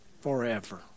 Forever